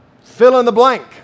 fill-in-the-blank